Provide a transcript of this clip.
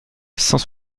cent